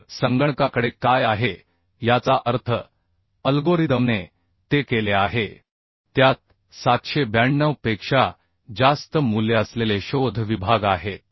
तर संगणकाकडे काय आहे याचा अर्थ अल्गोरिदमने ते केले आहे त्यात 792 पेक्षा जास्त मूल्य असलेले शोध विभाग आहेत